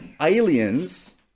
aliens